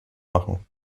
machen